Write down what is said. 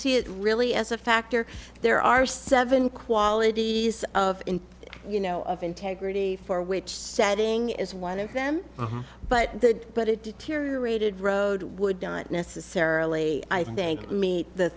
see it really as a factor there are seven qualities of you know of integrity for which setting is one of them but the but it deteriorated road would not necessarily i think meet the